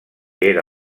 era